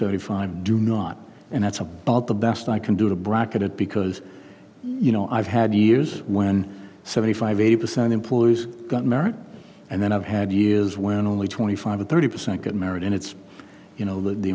seventy five do not and that's the best i can do to bracket it because you know i've had years when seventy five eighty percent employees got married and then i've had years when only twenty five to thirty percent get married and it's you know the